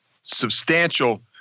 substantial